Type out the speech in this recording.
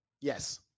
Yes